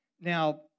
Now